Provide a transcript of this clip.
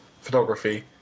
photography